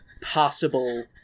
possible